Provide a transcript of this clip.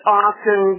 often